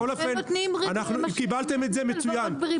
אנחנו יודעים מה הם עושים עד כה.